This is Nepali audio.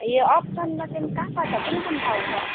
ए अप्सनमा चाहिँ कहाँ कहाँ छ कुन कुन ठाउँ छ